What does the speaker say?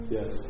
Yes